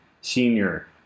senior